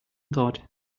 god